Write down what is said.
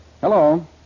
Hello